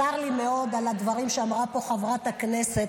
צר לי מאוד על הדברים שאמרה פה חברת הכנסת.